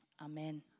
amen